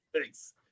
Thanks